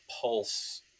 pulse